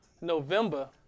November